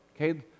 Okay